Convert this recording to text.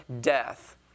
death